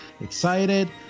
excited